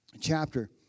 chapter